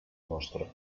nostre